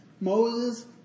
Moses